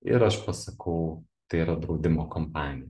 ir aš pasakau tai yra draudimo kompanija